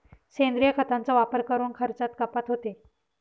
सेंद्रिय खतांचा वापर करून खर्चात कपात होते